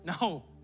No